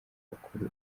bakuru